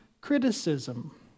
criticism